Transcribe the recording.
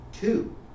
Two